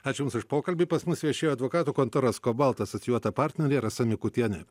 ačiū jums už pokalbį pas mus viešėjo advokatų kontoros kobalt asocijuota partnerė rasa mikutienė